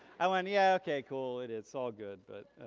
i went yeah okay cool. it's all good, but,